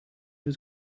his